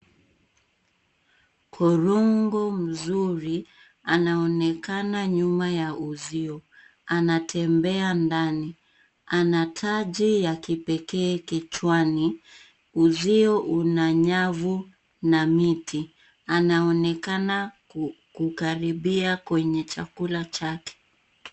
Kurungu mzuri anaonekana nyuma ya uzio. Anatembea ndani. Ana taji ya kipekee kichwani. Uzumio una nyavu na miti. Anaonekana kukaribia kwenye chakula chake.